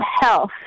health